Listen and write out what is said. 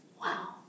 Wow